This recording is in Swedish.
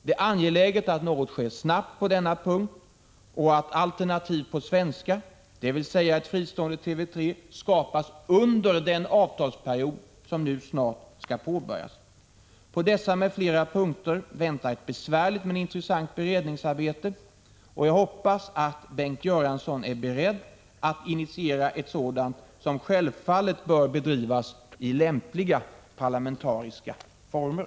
Det är angeläget att något sker snabbt på denna punkt och att alternativ på svenska — dvs. ett fristående TV 3 — skapas under den avtalsperiod som nu snart skall påbörjas. På dessa m.fl. punkter väntar ett besvärligt men intressant beredningsarbete, och jag hoppas att Bengt Göransson är beredd att initiera ett sådant, som självfallet bör bedrivas i lämpliga parlamentariska former.